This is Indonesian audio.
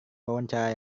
wawancara